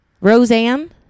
Roseanne